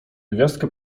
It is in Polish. gwiazdkę